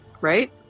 right